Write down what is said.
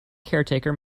caretaker